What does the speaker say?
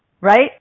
Right